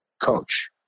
coach